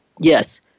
Yes